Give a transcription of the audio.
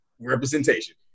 representation